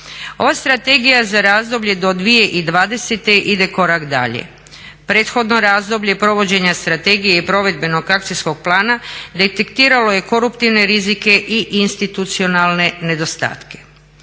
Ova strategija za razdoblje do 2020. ide korak dalje, prethodno razdoblje provođenja strategije i provedbenog akcijskog plana detektiralo je koruptivne rizike i institucionalne nedostatke.